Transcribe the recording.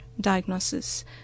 diagnosis